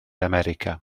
america